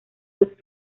luc